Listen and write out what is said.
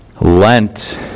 Lent